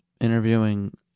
interviewing